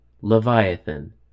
Leviathan